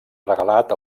regalat